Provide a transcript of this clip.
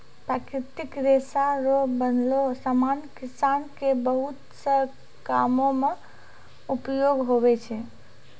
प्राकृतिक रेशा रो बनलो समान किसान के बहुत से कामो मे उपयोग हुवै छै